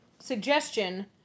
Suggestion